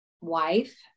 wife